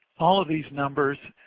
all of these numbers